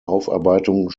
aufarbeitung